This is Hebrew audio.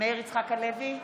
מאיר יצחק הלוי,